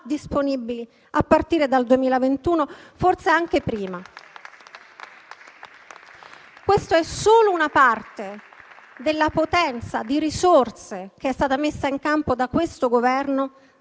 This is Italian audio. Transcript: disponibili a partire dal 2021, forse anche prima. Questa è solo una parte della potenza di risorse che è stata messa in campo dal Governo